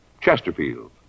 Chesterfield